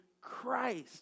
Christ